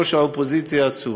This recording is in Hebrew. ראש האופוזיציה הסורית,